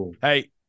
hey